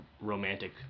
romantic